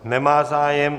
Nemá zájem.